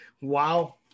Wow